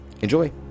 enjoy